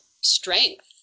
strength